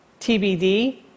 TBD